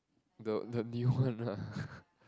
the the new one ah